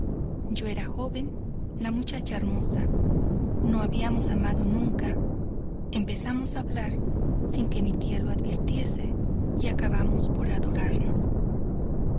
yo era joven la muchacha hermosa no habíamos amado nunca empezamos a hablar sin que mi tía lo advirtiese y acabamos por adorarnos teresa